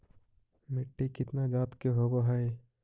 मिट्टी कितना जात के होब हय?